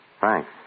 Thanks